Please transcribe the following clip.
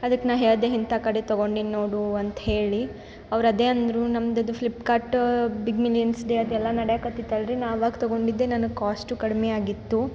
ಅದ್ಕೆ ನಾ ಹೇಳಿದೆ ಇಂಥ ಕಡೆ ತೊಗೊಂಡಿನಿ ನೋಡು ಅಂತ ಹೇಳಿ ಅವ್ರು ಅದೇ ಅಂದರು ನಮ್ದು ಅದು ಫ್ಲಿಪ್ಕಾರ್ಟ್ ಬಿಗ್ ಮಿಲಿಯನ್ಸ್ ಡೇ ಅದು ಎಲ್ಲ ನಡ್ಯಕತ್ತಿತ್ತು ಅಲ್ರೀ ನಾ ಆವಾಗ ತೊಗೊಂಡಿದ್ದೆ ನಾನು ಕಾಸ್ಟ್ ಕಡಿಮೆ ಆಗಿತ್ತು